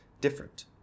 different